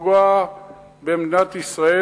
לפגוע במדינת ישראל,